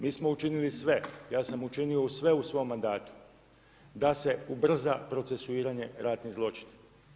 Mi smo učinili sve, ja sam učinio sve u svom mandatu da se ubrza procesuiranje ratnih zločina.